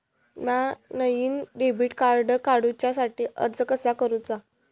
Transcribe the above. म्या नईन debit card काडुच्या साठी अर्ज कसा करूचा?